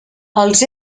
els